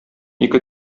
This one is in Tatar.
ике